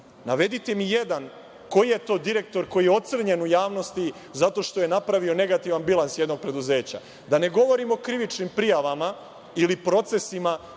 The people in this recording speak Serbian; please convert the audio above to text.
Navedite mi jednog, koji je to direktor koji je ocrnjen u javnosti zato što je napravio negativan bilans jednog preduzeća? Da ne govorim o krivičnim prijavama ili procesima